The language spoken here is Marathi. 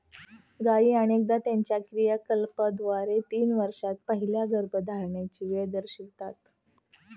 गायी अनेकदा त्यांच्या क्रियाकलापांद्वारे तीन वर्षांत पहिल्या गर्भधारणेची वेळ दर्शवितात